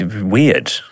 weird